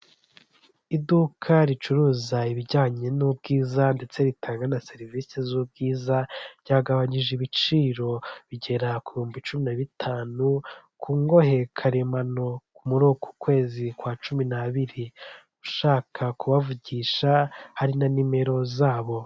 Iduka ricuruza ibijyanye n'ubwiza ndetse ritanga na serivisi z'ubwiza, ryagabanyije ibiciro bigera ku bihumbi cumi na bitanu ku ngohe karemano muri uku kwezi kwa cumi n'abiri ushaka kubavugisha hari na nimero zabo.